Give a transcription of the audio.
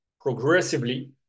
progressively